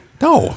No